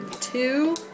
Two